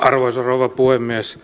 arvoisa rouva puhemies